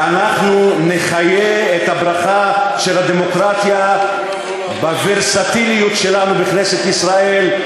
ואנחנו נחיה את הברכה של הדמוקרטיה בוורסטיליות שלנו בכנסת ישראל.